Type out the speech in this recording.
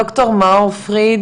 ד"ר מאור פריד